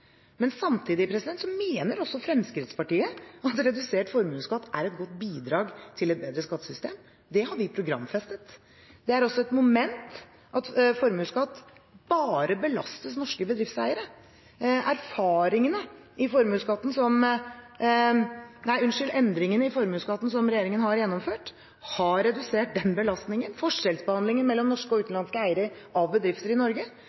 Samtidig mener også Fremskrittspartiet at redusert formuesskatt er et godt bidrag til et bedre skattesystem. Det har vi programfestet. Det er også et moment at formuesskatt bare belastes norske bedriftseiere. Endringene i formuesskatten som regjeringen har gjennomført, har redusert den belastningen – forskjellsbehandlingen mellom norske og utenlandske eiere av bedrifter i Norge